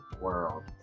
world